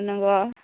नंगौ